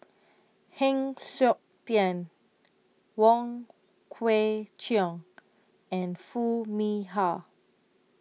Heng Siok Tian Wong Kwei Cheong and Foo Mee Har